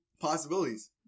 possibilities